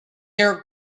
your